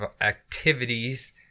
activities